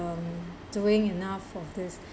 doing enough for this